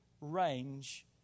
range